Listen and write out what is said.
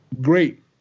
Great